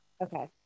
Okay